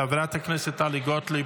חברת הכנסת טלי גוטליב,